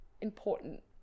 important